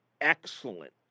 excellent